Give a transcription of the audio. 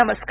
नमस्कार